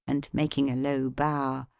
and making a low bow.